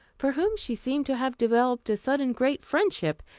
for whom she seemed to have developed a sudden great friendship,